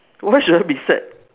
why should I be sad